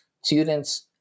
students